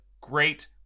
great